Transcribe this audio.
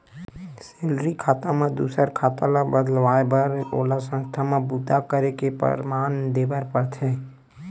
salary खाता म दूसर खाता ल बदलवाए बर ओला संस्था म बूता करे के परमान देबर परथे